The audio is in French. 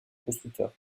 constructeurs